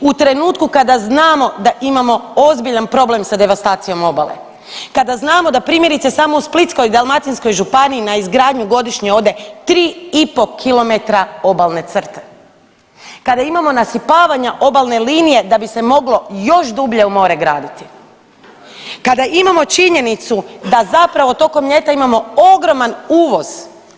U trenutku kada znamo da imamo ozbiljan problem sa devastacijom obale, kada znamo da primjerice samo u Splitsko-dalmatinskoj županiji na izgradnju godišnje ode 3,5 kilometra obalne crte, kada imamo nasipavanja obalne linije da bi se moglo još dublje u more graditi, kada imamo činjenicu da zapravo tokom ljeta imamo ogroman uvoz.